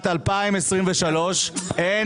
תבינו שהיום במדינת ישראל לבנות בית ספר אין